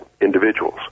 individuals